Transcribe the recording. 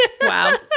Wow